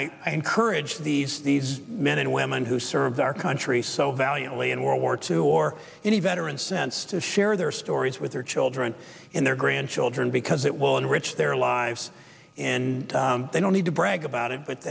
i encourage these these men and women who served our country so valiantly in world war two or any veterans sense to share their stories with their children in their grandchildren because it will enrich their lives and they don't need to brag about it